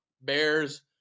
Bears